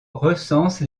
recense